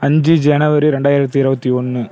அஞ்சு ஜனவரி ரெண்டாயிரத்தி இருபத்தி ஒன்று